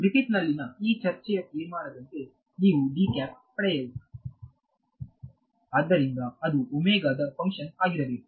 ಗ್ರಿಫಿತ್ಸ್ನ ಈ ಚರ್ಚೆಯ ತೀರ್ಮಾನದಂತೆ ನೀವು ಪಡೆಯುವುದು ಆದ್ದರಿಂದ ಅದು ದ ಫಂಕ್ಷನ್ ಆಗಿರಬೇಕು